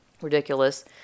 ridiculous